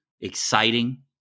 exciting